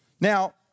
Now